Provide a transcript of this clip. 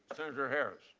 senator harris.